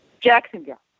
Jacksonville